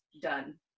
done